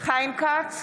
חיים כץ,